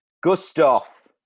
Gustav